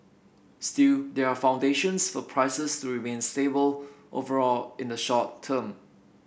still there are foundations for prices to remain stable overall in the short term